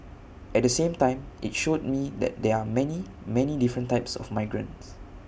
at the same time IT showed me that there are many many different types of migrants